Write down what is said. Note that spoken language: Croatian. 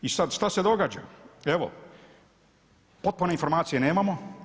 I sad što se događa, evo, potpune informacije nemamo.